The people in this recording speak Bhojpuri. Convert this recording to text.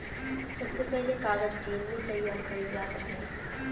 सबसे पहिले कागज चीन में तइयार कइल जात रहे